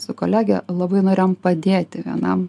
su kolege labai norėjom padėti vienam